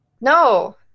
No